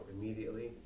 immediately